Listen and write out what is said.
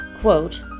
quote